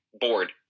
bored